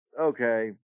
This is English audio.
okay